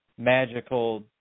Magical